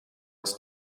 its